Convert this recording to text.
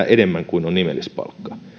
enemmän kuin on nimellispalkka